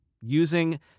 using